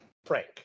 Frank